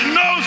no